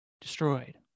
destroyed